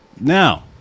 Now